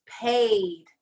paid